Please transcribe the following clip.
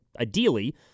ideally